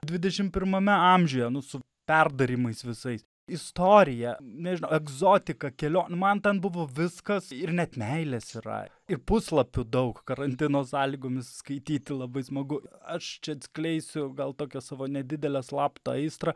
dvidešimt pirmame amžiuje nu su perdarymais visais istorija nežinau egzotika kelionių man ten buvo viskas ir net meilės yra ir puslapių daug karantino sąlygomis skaityti labai smagu aš čia atskleisiu gal tokią savo nedidelę slaptą aistrą